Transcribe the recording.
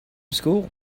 school